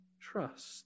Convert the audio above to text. trust